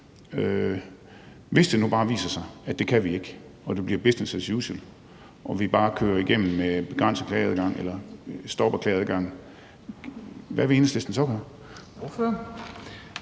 Hvis det nu bare viser sig, at det kan vi ikke og det bliver business as usual, og at vi bare kører igennem med en begrænset klageadgang eller stopper klageadgangen, hvad vil Enhedslisten så gøre?